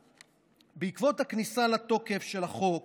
בעקבות הכניסה לתוקף של החוק